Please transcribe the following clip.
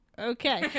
Okay